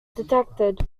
detected